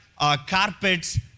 carpets